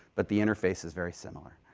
but the interface is very similar.